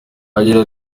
agira